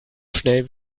schnell